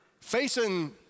facing